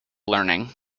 learning